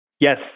Yes